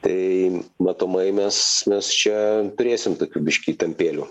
tai matomai mes mes čia turėsim tokių biškį įtampėlių